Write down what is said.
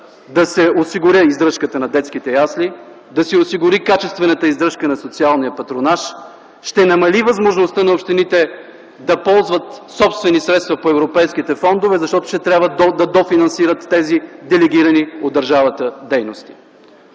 да се осигури издръжката на детските ясли, да се осигури качествената издръжка на социалния патронаж, ще намали възможността на общините да ползват собствени средства по европейските фондове, защото ще трябва да дофинансират тези делегирани от държавата дейности.